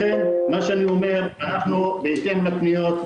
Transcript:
לכן מה שאני אומר שבהתאם לפניות,